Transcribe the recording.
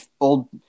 old